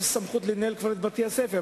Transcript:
את הסמכות לנהל את בתי-הספר.